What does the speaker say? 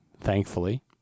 thankfully